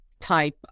type